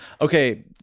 okay